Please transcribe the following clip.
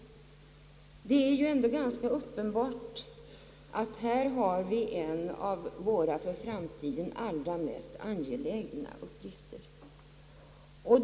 Det är uppenbart att vi här har en av våra för framtiden allra mest angelägna uppgifter.